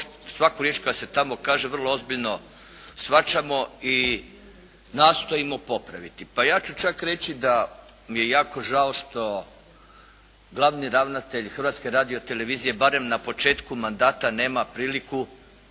svaku riječ koja se tamo kaže vrlo ozbiljno shvaćamo i nastojimo popraviti. Pa ja ću čak reći da mi je jako žao što glavni ravnatelj Hrvatske radio-televizije barem na početku mandata nema priliku